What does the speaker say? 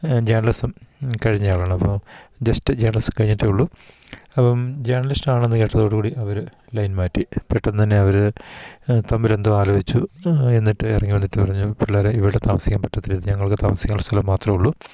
journalism കഴിഞ്ഞ ആളാണ് അപ്പം ജസ്റ്റ് ജേർണലിസം കഴിഞ്ഞിട്ടേ ഉള്ളൂ അപ്പം ജേർണലിസ്റ്റ് ആണെന്ന് കേട്ടതോടു കൂടി അവർ ലൈൻ മാറ്റി പെട്ടെന്ന് തന്നെ അവർ തമ്മിലെന്തോ ആലോചിച്ചു എന്നിട്ട് ഇറങ്ങിവന്നിട്ട് പറഞ്ഞു പിള്ളേരെ ഇവിടെ താമസിക്കാന് പറ്റത്തില്ല ഇത് ഞങ്ങൾക്ക് താമസിക്കാനുള്ള സ്ഥലം മാത്രമേ ഉള്ളൂ